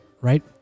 Right